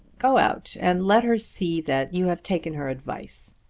go out and let her see that you have taken her advice.